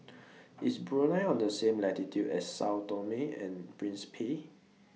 IS Brunei on The same latitude as Sao Tome and Principe